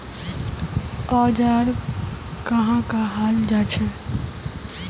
औजार कहाँ का हाल जांचें?